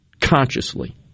consciously